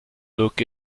look